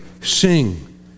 sing